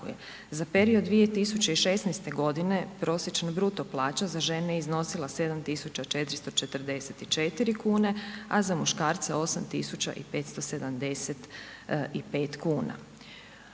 Za period 2016. godine prosječna bruto plaća za žena je iznosila 7 tisuća 444 kune, a za muškarce 8 tisuća